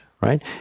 right